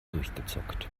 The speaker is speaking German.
durchgezockt